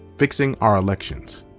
fixing our elections.